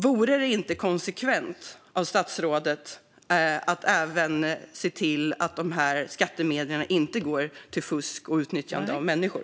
Vore det inte konsekvent av statsrådet att även se till att dessa skattemedel inte går till fusk och utnyttjande av människor?